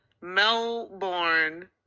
Melbourne